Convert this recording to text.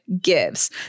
Gives